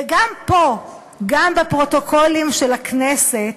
וגם פה, גם בפרוטוקולים של הכנסת,